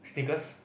sneakers